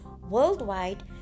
worldwide